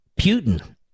Putin